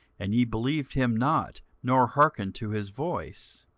and ye believed him not, nor hearkened to his voice.